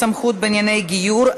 סמכות בענייני גיור),